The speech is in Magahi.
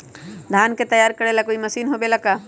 धान के तैयार करेला कोई मशीन होबेला का?